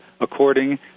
according